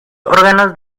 órganos